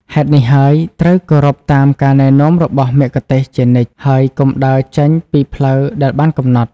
ហេតុនេះហើយ ត្រូវគោរពតាមការណែនាំរបស់មគ្គុទ្ទេសក៍ជានិច្ច ហើយកុំដើរចេញពីផ្លូវដែលបានកំណត់។